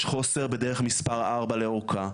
יש חוסר בדרך מספר 4 לאורכה,